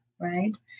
Right